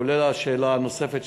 כולל השאלה הנוספת,